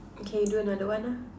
okay do another one lah